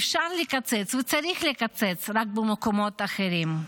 אפשר לקצץ וצריך לקצץ, רק במקומות אחרים.